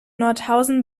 nordhausen